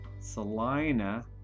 Salina